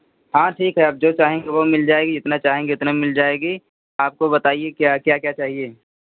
हाँ ठीक है आप जो चाहेंगे वह मिल जाएगी जितना चाहेंगे उतना मिल जाएगी आपको बताइए क्या क्या क्या चाहिए